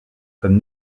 comme